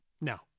no